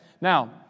Now